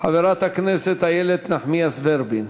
חברת הכנסת איילת נחמיאס ורבין.